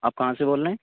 آپ کہاں سے بول رہے ہیں